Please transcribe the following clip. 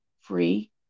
free